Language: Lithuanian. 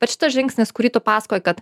bet šitas žingsnis kurį tu paskakoji kad